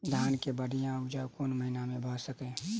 धान केँ बढ़िया उपजाउ कोण महीना मे भऽ सकैय?